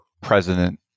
president